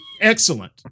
excellent